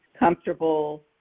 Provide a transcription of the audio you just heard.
Comfortable